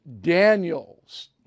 Daniels